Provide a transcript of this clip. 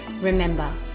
Remember